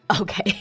Okay